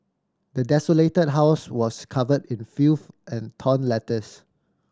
the desolated house was covered in filth and torn letters